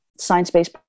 science-based